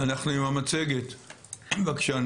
אנחנו עם המצגת, בבקשה,